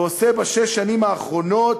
ועושה בשש השנים האחרונות,